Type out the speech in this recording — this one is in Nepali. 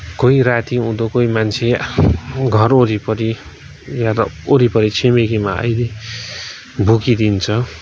कोही रातिहुँदो कोही मान्छे घर वरिपरि या त वरिपरि छिमेकीमा आइदिए भुकिदिन्छ